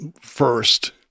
first